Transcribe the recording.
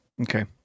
Okay